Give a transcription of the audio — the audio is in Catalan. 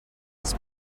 els